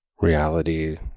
reality